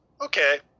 okay